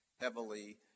heavily